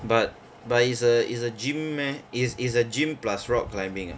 but but it's a it's a gym meh it's it's a gym plus rock climbing ah